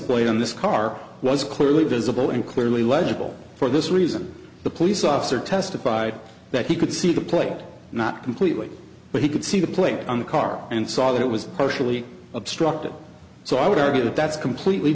plate on this car was clearly visible and clearly legible for this reason the police officer testified that he could see the plate not completely but he could see the plate on the car and saw that it was partially obstructed so i would argue that that's completely